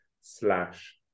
slash